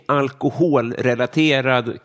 alkoholrelaterad